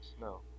No